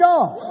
God